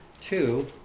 two